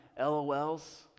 LOLs